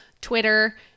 Twitter